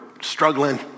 struggling